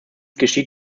geschieht